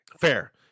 Fair